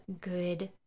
good